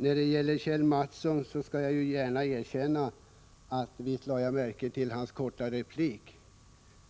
När det gäller Kjell Mattsson skall jag gärna erkänna att jag visst lade märke till hans korta replik,